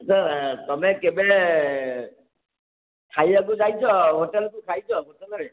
ଏଇଟା ତୁମେ କେବେ ଖାଇବାକୁ ଯାଇଛ ହୋଟେଲକୁ ଖାଇଛ ଭୁବନେଶ୍ୱରରେ